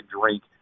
drink